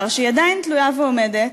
שעדיין תלויה ועומדת,